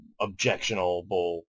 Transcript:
objectionable